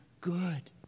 good